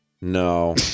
No